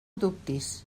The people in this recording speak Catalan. dubtis